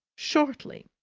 shortly.